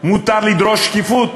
מותר לדרוש שקיפות,